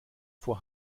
vor